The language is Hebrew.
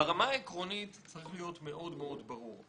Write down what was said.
ברמה העקרונית צריך להיות מאוד ברור,